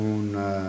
una